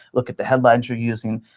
look at the headlines you're using.